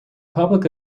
public